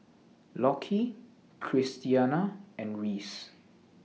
Lockie Christiana and Reese